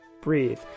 breathe